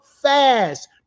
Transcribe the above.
fast